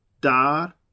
Dar